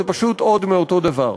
זה פשוט עוד מאותו דבר.